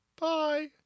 Bye